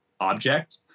object